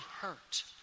hurt